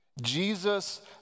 Jesus